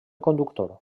conductor